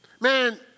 man